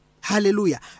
Hallelujah